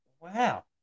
Wow